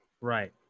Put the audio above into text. Right